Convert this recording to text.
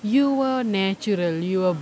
you were natural you were